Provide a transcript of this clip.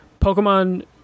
Pokemon